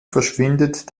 verschwindet